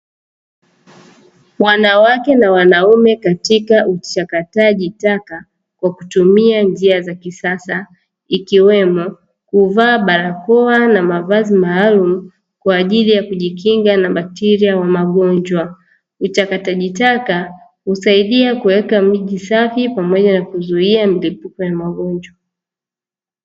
Wanawake na wanaume katika uchakataji taka, kwa kutumia njia za kisasa, ikiwemo kuvaa barakoa na mavazi maalumu kwa ajili ya kujikinga na bakiteria wa magonjwa. Uchakataji taka husaidia kuweka miji safi pamoja na kuzuia milipuko ya magonjwa.